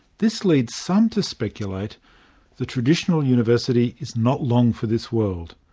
this leads some to speculate the traditional university is not long for this world.